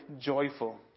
joyful